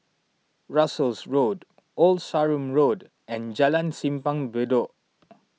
Russels Road Old Sarum Road and Jalan Simpang Bedok